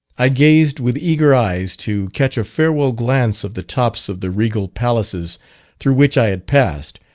i gazed with eager eyes to catch a farewell glance of the tops of the regal palaces through which i had passed,